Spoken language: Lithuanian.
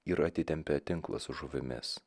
ir atitempė tinklą su žuvimis